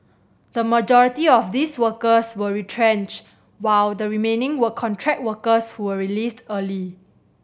the majority of these workers were retrenched while the remaining were contract workers who were released early